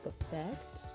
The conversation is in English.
effect